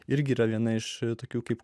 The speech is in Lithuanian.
irgi yra viena iš tokių kaip